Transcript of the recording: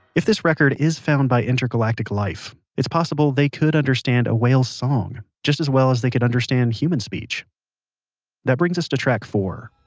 if this record is found by intergalactic life, it's possible they could understand a whale's song just as well as they could understand human speech that brings us to track four,